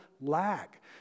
Lack